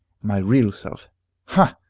my real self ha!